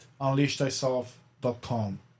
UnleashThyself.com